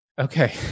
okay